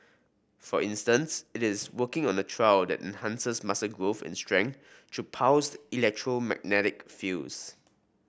for instance it is working on a trial that enhances muscle growth and strength through pulsed electromagnetic fields